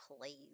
please